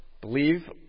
Believe